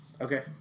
okay